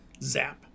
zap